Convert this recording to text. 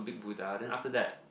big Buddha then after that